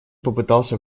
попытался